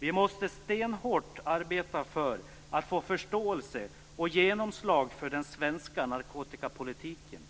Vi måste stenhårt arbeta för att få förståelse och genomslag för den svenska narkotikapolitiken,